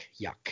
yuck